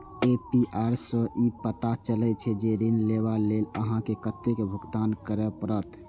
APR सं ई पता चलै छै, जे ऋण लेबा लेल अहां के कतेक भुगतान करय पड़त